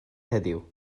heddiw